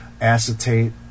acetate